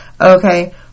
Okay